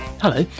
Hello